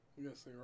Yes